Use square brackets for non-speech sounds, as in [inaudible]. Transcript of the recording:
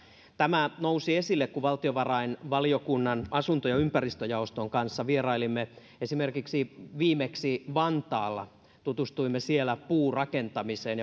tämä nousi esille kun valtiovarainvaliokunnan asunto ja ympäristöjaoston kanssa vierailimme esimerkiksi viimeksi vantaalla tutustuimme siellä puurakentamiseen [unintelligible]